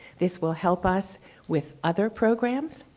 this will help us with other programs.